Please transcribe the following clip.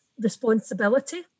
responsibility